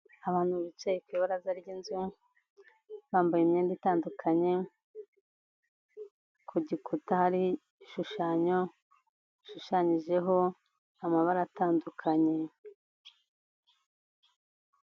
Abantu bicaye ku ibaraza ry'inzu, bambaye imyenda itandukanye, ku gikuta hari igishushanyo, gishushanyijeho amabara atandukanye.